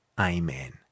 Amen